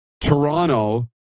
Toronto